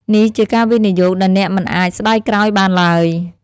នេះជាការវិនិយោគដែលអ្នកមិនអាចស្តាយក្រោយបានឡើយ។